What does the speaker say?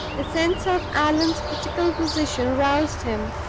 the sense of allan's critical position roused him,